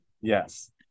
Yes